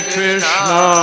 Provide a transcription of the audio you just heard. Krishna